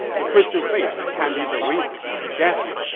the christian faith can be the reason to get you.